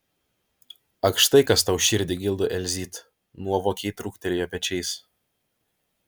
ak štai kas tau širdį gildo elzyt nuovokiai trūktelėjo pečiais